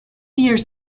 years